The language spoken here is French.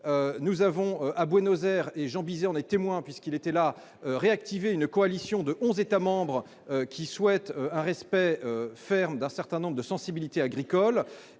nous avons à Buenos-Aires et Jean Bizet en est témoin, puisqu'il était là, réactiver une coalition de 11 États-membres qui souhaitent un respect ferme d'un certain nombre de sensibilité agricole